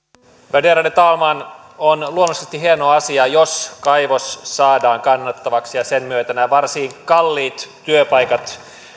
värderade talman on luonnollisesti hieno asia jos kaivos saadaan kannattavaksi ja sen myötä nämä varsin kalliit työpaikat